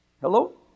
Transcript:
Hello